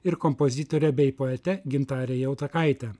ir kompozitore bei poete gintare jautakaite